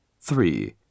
Three